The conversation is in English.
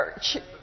church